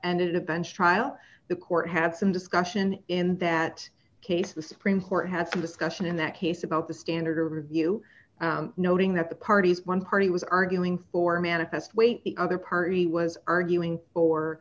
and it a bench trial the court had some discussion in that case the supreme court had some discussion in that case about the standard or review noting that the parties one party was arguing for manifest weight the other party was arguing or